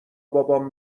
بابام